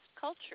culture